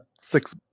six